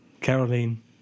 Caroline